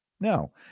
No